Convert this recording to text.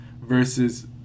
versus